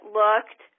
looked